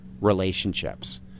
relationships